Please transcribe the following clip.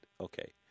Okay